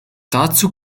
dazu